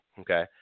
Okay